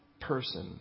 person